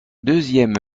deuxième